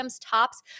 tops